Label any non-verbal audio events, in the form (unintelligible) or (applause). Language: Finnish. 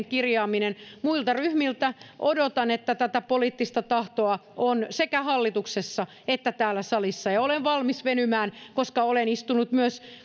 (unintelligible) kirjaaminen muilta ryhmiltä odotan että tätä poliittista tahtoa on sekä hallituksessa että täällä salissa ja olen valmis venymään koska olen istunut myös